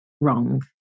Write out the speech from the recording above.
wrong